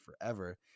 forever